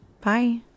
Bye